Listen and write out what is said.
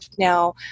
now